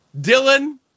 Dylan